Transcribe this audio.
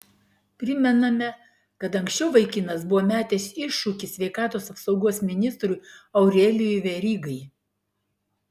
primename kad anksčiau vaikinas buvo metęs iššūkį sveikatos apsaugos ministrui aurelijui verygai